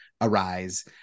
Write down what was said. arise